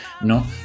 ¿no